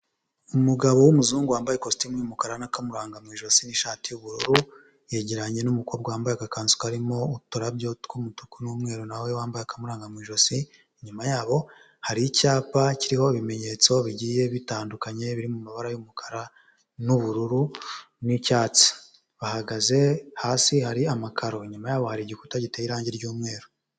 Umugabo w'umuzungu wambaye ikositimu y'umukara n'akamuranga mu ijosi n'ishati y'ubururu yegeranye n'umukobwa wambaye agakanzu karimo uturabyo tw'umutuku n'umweru nawe wambaye akamuranga mu ijosi inyuma yabo hari icyapa kiriho ibimenyetso bigiye bitandukanye biri mu mabara y'umukara n'ubururu n'icyatsi, bahagaze hasi hari amakaro inyuma yabo hari igikuta giteye irangi ry'umweru.